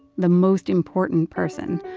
the most important person.